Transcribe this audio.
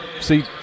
see